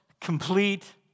complete